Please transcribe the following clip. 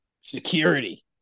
security